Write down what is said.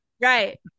Right